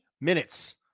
minutes